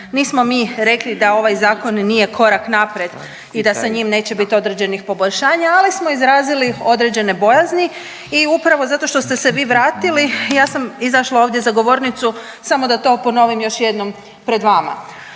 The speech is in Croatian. Nismo mi rekli da ovaj zakon nije korak naprijed i da sa njim neće biti određenih poboljšanja, ali smo izrazili određene bojazni i upravo zato što ste se vi vratili ja sam izašla ovdje za govornicu samo da to ponovim još jednom pred vama.